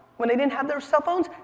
when they didn't have their cell phones,